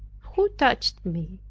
who touched me?